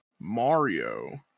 Mario